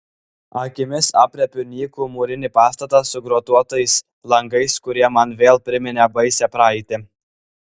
akimis aprėpiu nykų mūrinį pastatą su grotuotais langais kurie man vėl priminė baisią praeitį